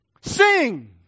Sing